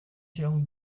young